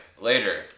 later